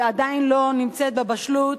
היא עדיין לא נמצאת בבשלות,